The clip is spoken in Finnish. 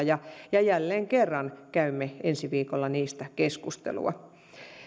ja ja jälleen kerran käymme ensi viikolla niistä keskustelua